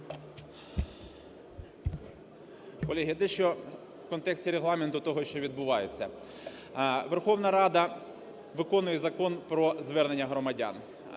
Верховна Рада виконує Закон "Про звернення громадян".